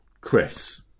Chris